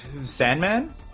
Sandman